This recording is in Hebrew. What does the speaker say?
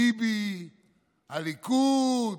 ביבי, הליכוד.